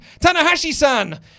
Tanahashi-san